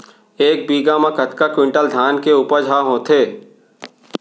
एक बीघा म कतका क्विंटल धान के उपज ह होथे?